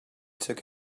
took